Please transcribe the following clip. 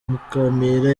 mukamira